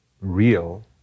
real